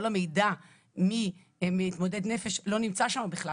כל המידע מי מתמודד נפש לא נמצא שם בכלל.